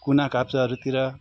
कुना काप्चाहरूतिर